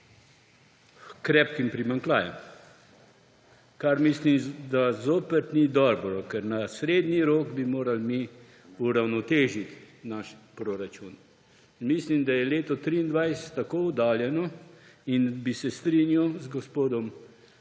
krepkim primanjkljajem, kar mislim, da zopet ni dobro, ker na srednji rok bi morali mi uravnotežiti naš proračun. Mislim, da je leto 2023 tako oddaljeno, in bi se strinjal z gospodom